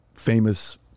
famous